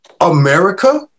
America